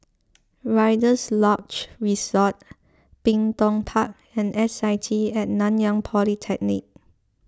Rider's Lodge Resort Bin Tong Park and S I T at Nanyang Polytechnic